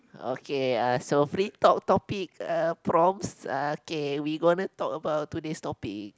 okay uh so free talk topic uh prompts okay we gonna talk about today's topic